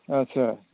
आदसा